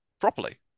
properly